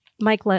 Mike